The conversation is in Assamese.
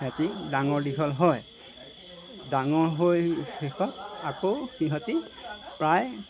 সিহঁতি ডাঙৰ দীঘল হয় ডাঙৰ হৈ শেষত আকৌ সিহঁতি প্ৰায়